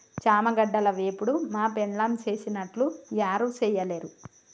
చామగడ్డల వేపుడు మా పెండ్లాం సేసినట్లు యారు సెయ్యలేరు